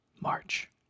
March